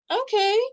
okay